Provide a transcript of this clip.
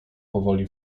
powoli